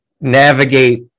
navigate